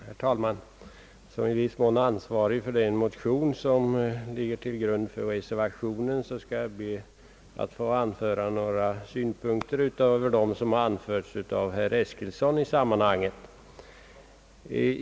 Herr talman! Såsom i viss mån ansvarig för den motion, vilken ligger till grund för reservationen, skall jag be att få anföra några synpunkter utöver dem som anförts av herr Eskilsson i detta sammanhang.